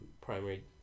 primary